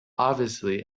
obviously